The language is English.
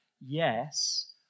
yes